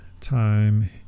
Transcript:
time